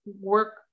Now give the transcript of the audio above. work